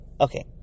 Okay